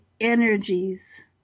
energies